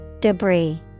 Debris